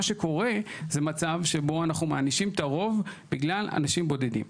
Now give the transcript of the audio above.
מה שקורה זה מצב שבו אנחנו מענישים את הרוב בגלל אנשים בודדים.